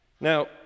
Now